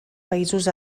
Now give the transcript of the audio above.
països